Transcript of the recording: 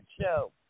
show